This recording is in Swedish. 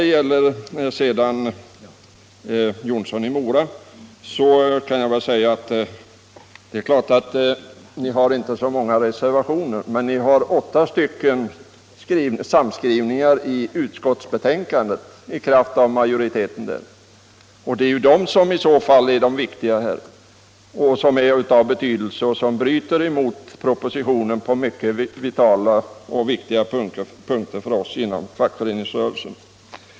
Till herr Jonsson i Mora vill jag säga att folkpartiet visserligen inte står bakom så många reservationer, men på åtta punkter i betänkandet har ni varit med om samskrivningar som försatt oss socialdemokrater i minoritet, och det är punkter som är mycket vitala för oss inom fackföreningsrörelsen.